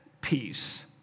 peace